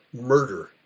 murder